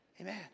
Amen